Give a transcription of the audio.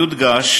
יודגש